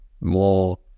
more